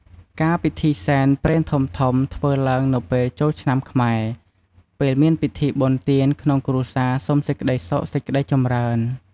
ការពិធីសែនព្រេនធំៗធ្វើឡើងនៅពេលចូលឆ្នាំខ្មែរ ពេលមានពិធីបុណ្យទានក្នុងគ្រួសារសុំសេចក្តីសុខសេចក្តីចម្រើន។